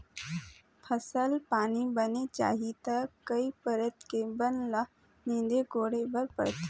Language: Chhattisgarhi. फसल पानी बने चाही त कई परत के बन ल नींदे कोड़े बर परथे